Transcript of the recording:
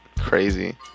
crazy